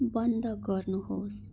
बन्द गर्नुहोस्